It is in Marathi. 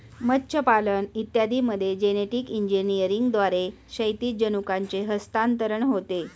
मत्स्यपालन इत्यादींमध्ये जेनेटिक इंजिनिअरिंगद्वारे क्षैतिज जनुकांचे हस्तांतरण होते